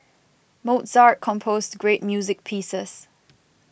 Mozart composed great music pieces